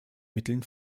mitteln